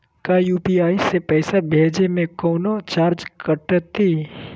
का यू.पी.आई से पैसा भेजे में कौनो चार्ज कटतई?